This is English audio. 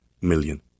million